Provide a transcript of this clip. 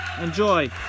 Enjoy